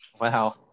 Wow